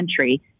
country